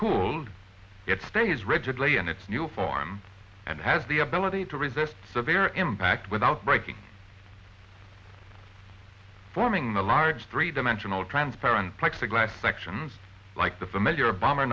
cooled it stays wretchedly in its new form and has the ability to resist severe impact without breaking forming large three dimensional transparent plexiglass sections like the familiar bomber